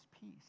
peace